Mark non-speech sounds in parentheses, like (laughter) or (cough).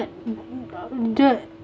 (noise) the